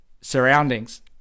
surroundings